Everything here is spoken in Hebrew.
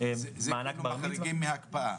חריגים מהקפאה?